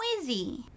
Noisy